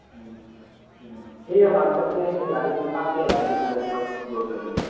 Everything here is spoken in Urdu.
ہوں ہوں ٹھیک ہے بات کرتے ہیں پھر آئیے دکان پہ آپ کی ساری پرابلم کو دور کر دیں گے